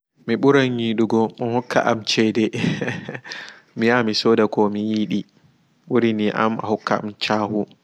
Mi ɓuran yiɗugo on hokka am ceɗe hhh hhh mi yahan mi soɗa ko mi yiɗi ɓuri ni am a hokka am caahu.